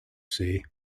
see